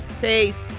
Peace